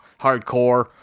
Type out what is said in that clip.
hardcore